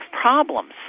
problems